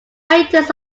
hiatus